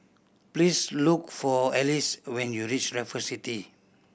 please look for Alize when you reach Raffle City